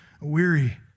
weary